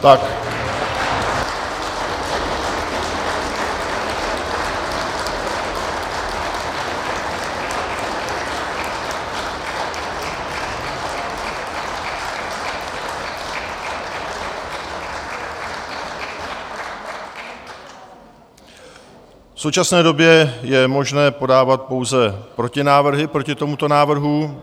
V současné době je možné podávat pouze protinávrhy proti tomuto návrhu.